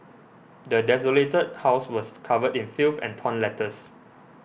the desolated house was covered in filth and torn letters